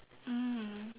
mm